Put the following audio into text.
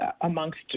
amongst